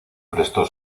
prestó